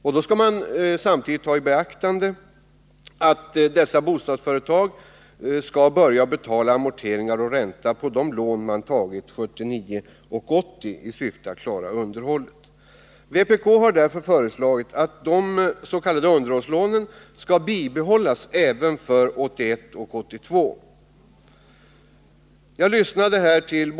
Samtidigt måste man ta i beaktande att dessa bostadsföretag skall börja betala amorteringar och ränta på de lån som tagits 1979 och 1980 i syfte att klara av underhållet. Vpk har därför föreslagit att de s.k. underhållslånen skall bibehållas även för åren 1981 och 1982.